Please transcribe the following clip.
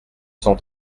cent